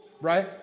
right